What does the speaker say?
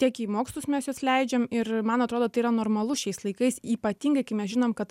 tiek į mokslus mes juos leidžiam ir man atrodo tai yra normalu šiais laikais ypatingai kai mes žinom kad